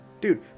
Dude